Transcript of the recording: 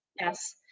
yes